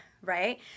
right